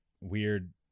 weird